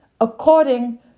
according